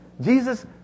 Jesus